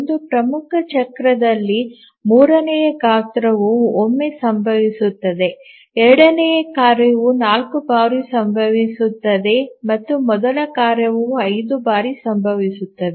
ಒಂದು ಪ್ರಮುಖ ಚಕ್ರದಲ್ಲಿ ಮೂರನೆಯ ಕಾರ್ಯವು ಒಮ್ಮೆ ಸಂಭವಿಸುತ್ತದೆ ಎರಡನೆಯ ಕಾರ್ಯವು 4 ಬಾರಿ ಸಂಭವಿಸುತ್ತದೆ ಮತ್ತು ಮೊದಲ ಕಾರ್ಯವು 5 ಬಾರಿ ಸಂಭವಿಸುತ್ತದೆ